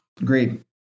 Agreed